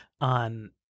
on